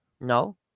No